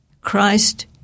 Christ